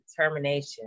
determination